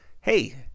Hey